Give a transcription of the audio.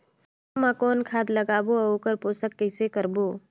सरसो मा कौन खाद लगाबो अउ ओकर पोषण कइसे करबो?